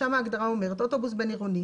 שם ההגדרה אומרת: אוטובוס בין עירוני,